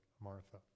Martha